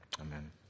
Amen